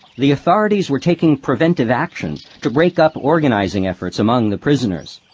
the authorities were taking preventive action to break up organizing efforts among the prisoners.